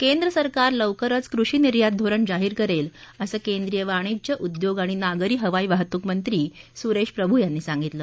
केंद्र सरकार लवकरच कृषी निर्यात धोरण जाहीर करेल असं केंद्रीय वाणिज्य उद्योग आणि नागरी हवाई वाहतूक मंत्री सुरेश प्रभू यांनी सांगितलं